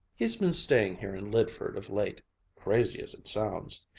he's been staying here in lydford of late crazy as it sounds.